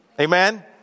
amen